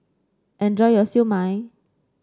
enjoy your Siew Mai